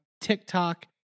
TikTok